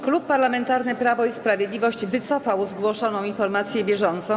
Klub Parlamentarny Prawo i Sprawiedliwość wycofał zgłoszoną informację bieżącą.